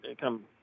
come